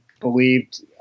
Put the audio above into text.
believed